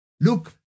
look